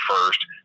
first